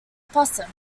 possum